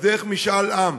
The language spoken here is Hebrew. אז דרך משאל עם.